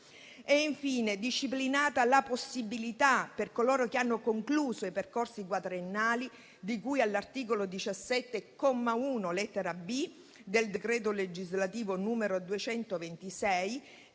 È infine disciplinata la possibilità per coloro che hanno concluso i percorsi quadriennali, di cui all'articolo 17, comma 1, lettera *b)*, del decreto legislativo n. 226,